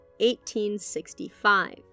1865